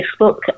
Facebook